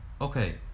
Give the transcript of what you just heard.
okay